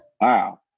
wow